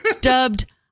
dubbed